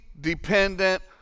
dependent